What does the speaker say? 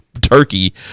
turkey